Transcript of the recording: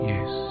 Yes